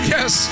Yes